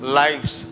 lives